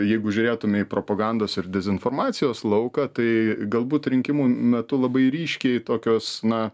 jeigu žiūrėtume į propagandos ir dezinformacijos lauką tai galbūt rinkimų metu labai ryškiai tokios na